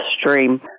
stream